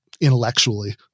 intellectually